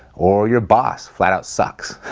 or your boss flat out sucks,